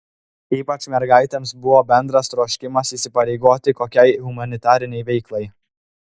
ypač mergaitėms buvo bendras troškimas įsipareigoti kokiai humanitarinei veiklai